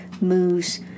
moves